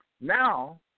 Now